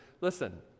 listen